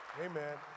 Amen